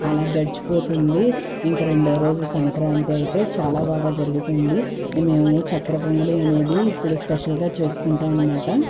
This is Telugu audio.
అలా గడిచిపోతుంది ఇంకా రెండో రోజు సంక్రాంతి అయితే చాలా బాగా జరుగుతుంది మేము చక్కర పొంగలి అనేది ఇప్పుడు స్పెషల్గా చేసుకుంటాంమనమాట